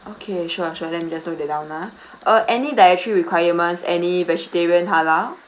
okay sure sure let me just note that down ah uh any dietary requirements any vegetarian halal